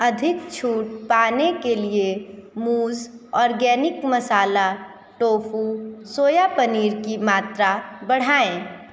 अधिक छूट पाने के लिए मूज़ ऑर्गेनिक मसाला टोफू सोयापनीर की मात्रा बढ़ाएँ